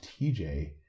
TJ